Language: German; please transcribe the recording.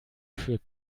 für